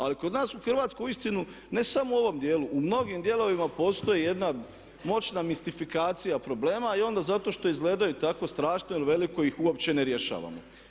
Ali kod nas u Hrvatskoj uistinu ne samo u ovom dijelu u mnogim dijelovima postoji jedna moćna mistifikacija problema i onda zato što izgledaju tako strašno i veliko ih uopće ne rješavamo.